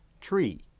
tree